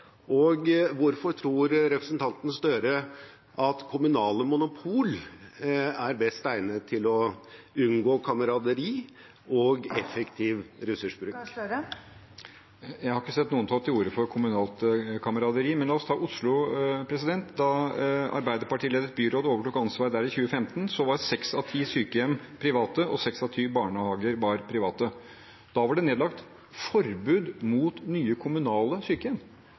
Og hvorfor tror representanten Gahr Støre at kommunale monopol er best egnet til å unngå kameraderi og til effektiv ressursbruk? Jeg har ikke sett noen ta til orde for kommunalt kameraderi. Men la oss ta Oslo: Da et Arbeiderparti-ledet byråd overtok ansvaret i 2015, var seks av ti sykehjem private og seks av ti barnehager private. Da var det nedlagt forbud mot nye kommunale sykehjem.